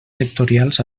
sectorials